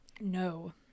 No